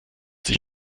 sich